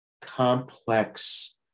complex